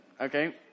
okay